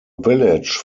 village